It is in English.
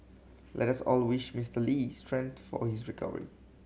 let us all wish Mister Lee strength for his recovery